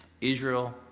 Israel